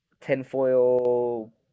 tinfoil